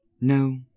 No